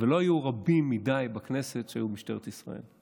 ולא היו רבים מדי בכנסת שהיו במשטרת ישראל.